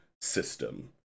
system